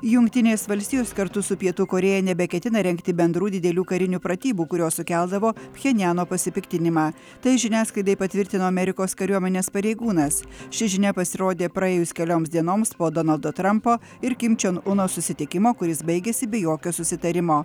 jungtinės valstijos kartu su pietų korėja nebeketina rengti bendrų didelių karinių pratybų kurios sukeldavo pchenjano pasipiktinimą tai žiniasklaidai patvirtino amerikos kariuomenės pareigūnas ši žinia pasirodė praėjus kelioms dienoms po donaldo trampo ir kim čion uno susitikimo kuris baigėsi be jokio susitarimo